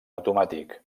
automàtic